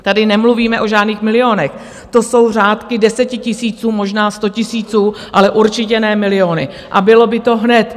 Tady nemluvíme o žádných milionech, to jsou řády desetitisíců, možná statisíců, ale určitě ne miliony, a bylo by to hned.